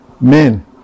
men